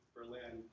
Berlin